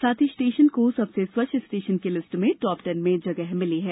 साथ ही स्टेशन को सबसे स्वच्छ स्टेशन की लिस्ट में टॉप टेन में जगह मिली है